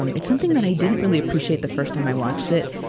um it's something that i didn't really appreciate the first time i watched it,